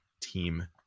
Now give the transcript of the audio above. team